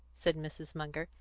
said mrs. munger.